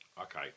okay